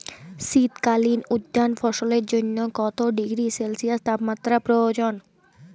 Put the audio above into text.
শীত কালীন উদ্যান ফসলের জন্য কত ডিগ্রী সেলসিয়াস তাপমাত্রা প্রয়োজন?